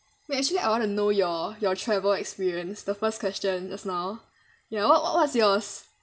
wait actually I want to know your your travel experience the first question just now ya what what's yours